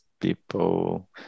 people